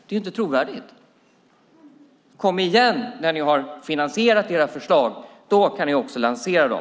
Det är inte trovärdigt. Kom igen när ni har finansierat era förslag! Då kan ni också lansera dem.